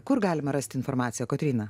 kur galima rasti informaciją kotryna